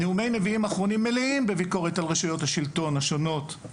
נאומי הנביאים האחרונים מלאים בביקורת על רשויות השלטון השונות,